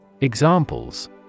Examples